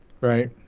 Right